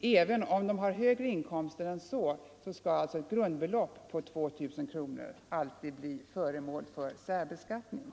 Även om vederbörande har högre inkomst än så skall alltså ett grundbelopp på 2 000 kronor alltid bli föremål för särbeskattning.